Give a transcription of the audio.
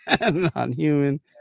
Non-human